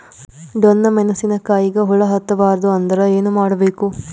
ಡೊಣ್ಣ ಮೆಣಸಿನ ಕಾಯಿಗ ಹುಳ ಹತ್ತ ಬಾರದು ಅಂದರ ಏನ ಮಾಡಬೇಕು?